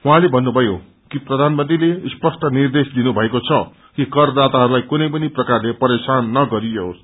उहाँले भन्नुभएको छ कि प्रवानमंत्रीले स्पष्ट निर्देश दिनुभएको छ कि करदाताहरूलाई कुनै पनि प्रकाले परेशान नगरियोस